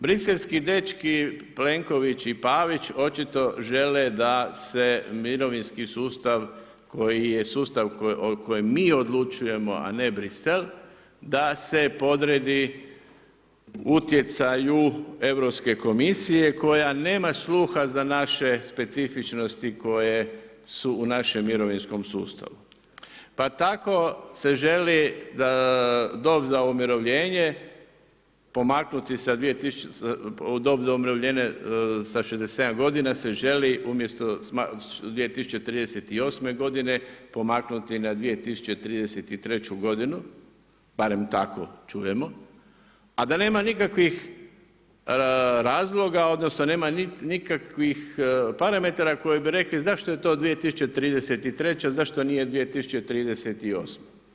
Briselski dečki, Plenković i Pavić, očito žele da se mirovinski sustav, koji je sustav o kojem mi odlučujemo, a ne Brisel, da se podredi utjecaju Europske komisije koja nema sluha za naše specifičnosti koje su u našem mirovinskom sustavu, pa se tako želi dob za umirovljenje pomaknuti sa 67 godina se želi umjesto 2038. pomaknuti na 2033. godinu, barem tako čujemo, a da nema nekakvih razloga, odnosno nema nikakvih parametara koji bi rekli zašto je to 2033., zašto nije 2038.